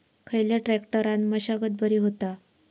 खयल्या ट्रॅक्टरान मशागत बरी होता?